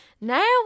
Now